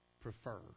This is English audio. prefer